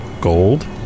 gold